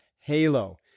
Halo